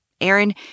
Aaron